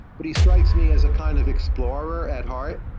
but he strikes me as a kind of explorer at heart.